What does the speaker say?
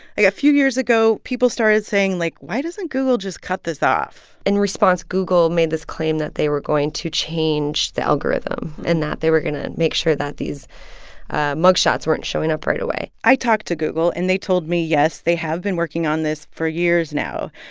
a few years ago, people started saying, like, like, why doesn't google just cut this off? in response, google made this claim that they were going to change the algorithm and that they were going to make sure that these mug shots weren't showing up right away i talked to google, and they told me, yes, they have been working on this for years now.